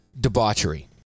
Debauchery